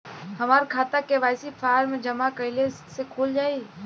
हमार खाता KYC form जमा कइले से खुल जाई?